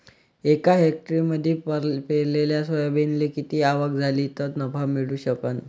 एका हेक्टरमंदी पेरलेल्या सोयाबीनले किती आवक झाली तं नफा मिळू शकन?